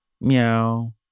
meow